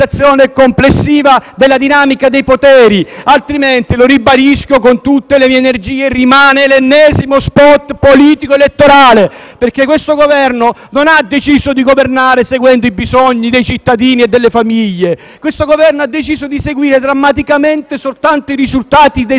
energie - rimane l'ennesimo *spot* politico-elettorale. Questo Governo non ha deciso di governare seguendo i bisogni dei cittadini e delle famiglie; questo Governo ha deciso di seguire drammaticamente soltanto i risultati dei sondaggi ed è per questo che non riusciamo ad alzare la testa.